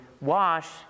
Wash